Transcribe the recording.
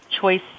choice